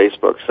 Facebook